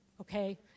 okay